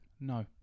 no